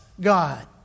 God